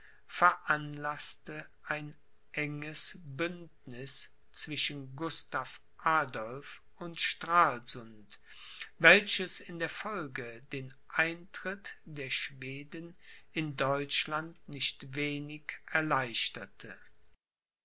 veranlaßte ein enges bündniß zwischen gustav adolph und stralsund welches in der folge den eintritt der schweden in deutschland nicht wenig erleichterte